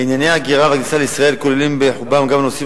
ענייני ההגירה והכניסה לישראל כוללים גם נושאים